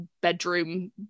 bedroom